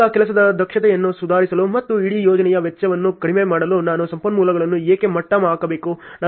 ಈಗ ಕೆಲಸದ ದಕ್ಷತೆಯನ್ನು ಸುಧಾರಿಸಲು ಮತ್ತು ಇಡೀ ಯೋಜನೆಯ ವೆಚ್ಚವನ್ನು ಕಡಿಮೆ ಮಾಡಲು ನಾನು ಸಂಪನ್ಮೂಲವನ್ನು ಏಕೆ ಮಟ್ಟ ಹಾಕಬೇಕು